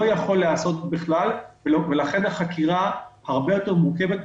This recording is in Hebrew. לא יכול להיעשות בכלל ולכן החקירה הרבה יותר מורכבת,